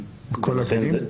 בכל הגילים?